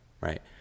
right